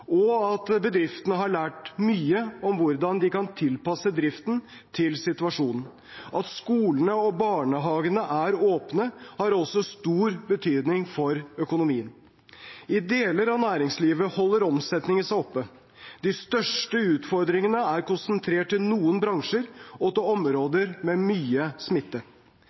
og at bedriftene har lært mye om hvordan de kan tilpasse driften til situasjonen. At skolene og barnehagene er åpne, har også stor betydning for økonomien. I deler av næringslivet holder omsetningen seg oppe. De største utfordringene er konsentrert til noen bransjer og til områder med mye smitte.